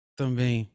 também